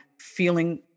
feeling